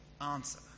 answer